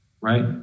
Right